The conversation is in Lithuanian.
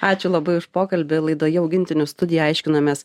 ačiū labai už pokalbį laidoje augintinių studija aiškinomės